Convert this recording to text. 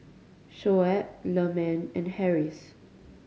Shoaib Leman and Harris